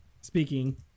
speaking